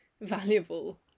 Valuable